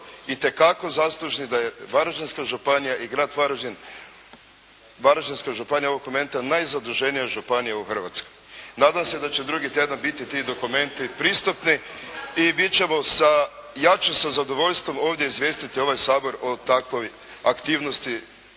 itekako zaslužni da je Varaždinska županija ovog momenta najzaduženija županija u Hrvatskoj. Nadam se da će drugi tjedan biti ti dokumenti pristupni i ja ću sa zadovoljstvom ovdje izvijestiti ovaj Sabor o takvoj aktivnosti